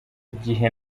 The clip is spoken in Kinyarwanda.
gihe